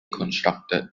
constructed